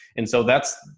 and so that's,